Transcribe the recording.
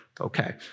Okay